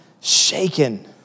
shaken